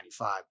1995